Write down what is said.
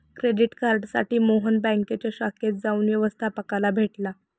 credit कार्डसाठी मोहन बँकेच्या शाखेत जाऊन व्यवस्थपकाला भेटला